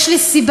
יש לי סיבה,